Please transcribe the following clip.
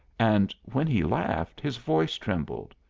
and when he laughed his voice trembled.